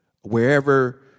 wherever